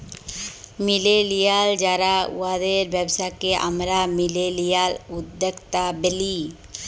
millennial যারা উয়াদের ব্যবসাকে আমরা মিলেলিয়াল উদ্যক্তা ব্যলি